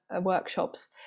workshops